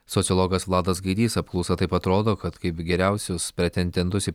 sociologas vladas gaidys apklausa taip pat rodo kad kaip geriausius pretendentus į